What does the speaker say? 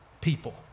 people